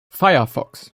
firefox